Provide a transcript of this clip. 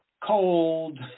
cold